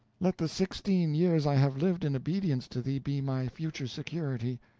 let the sixteen years i have lived in obedience to thee be my future security.